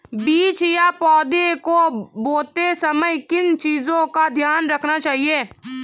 बीज या पौधे को बोते समय किन चीज़ों का ध्यान रखना चाहिए?